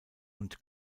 und